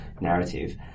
narrative